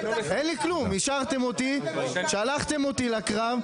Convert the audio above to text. השארתם אותי, שלחתם אותי לקרב.